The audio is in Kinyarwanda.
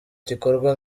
gikorwa